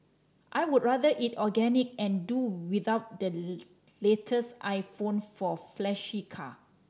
I would rather eat organic and do without the latest iPhone or flashy car